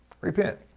Repent